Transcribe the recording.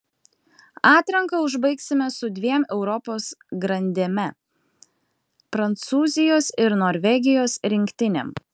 atranką užbaigsime su dviem europos grandėme prancūzijos ir norvegijos rinktinėm